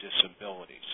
disabilities